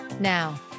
Now